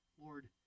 Lord